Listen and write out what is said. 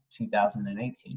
2018